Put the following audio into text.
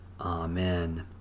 Amen